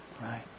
Right